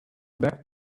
back